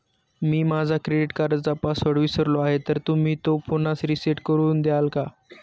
मी माझा क्रेडिट कार्डचा पासवर्ड विसरलो आहे तर तुम्ही तो पुन्हा रीसेट करून द्याल का?